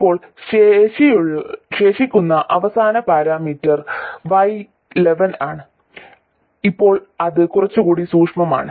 ഇപ്പോൾ ശേഷിക്കുന്ന അവസാന പാരാമീറ്റർ y11 ആണ് ഇപ്പോൾ ഇത് കുറച്ചുകൂടി സൂക്ഷ്മമാണ്